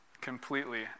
completely